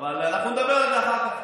אבל אנחנו נדבר על זה אחר כך.